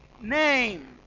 name